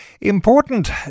Important